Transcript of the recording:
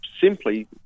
simply